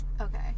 Okay